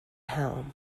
helm